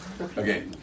Okay